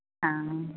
ਹਾਂ